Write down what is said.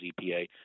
EPA